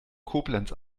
koblenz